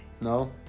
no